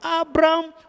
Abraham